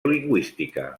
lingüística